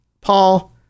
Paul